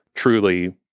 truly